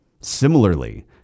similarly